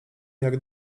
jak